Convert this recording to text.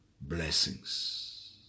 blessings